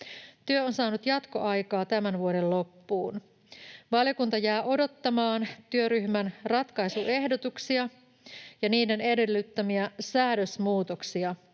Työ on saanut jatkoaikaa tämän vuoden loppuun. Valiokunta jää odottamaan työryhmän ratkaisuehdotuksia ja niiden edellyttämiä säädösmuutoksia